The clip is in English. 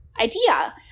idea